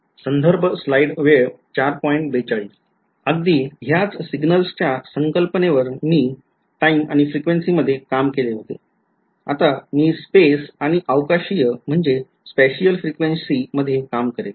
अगदी ह्याच सिग्नल्सच्या संकल्पानेवर मी टाईम आणि frequency मध्ये काम केले होते आता मी स्पेस आणि अवकाशीय frequency मध्ये काम करेल